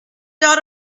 dot